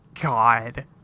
God